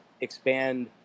expand